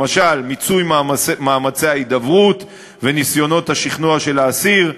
למשל מיצוי מאמצי ההידברות וניסיונות השכנוע של האסיר,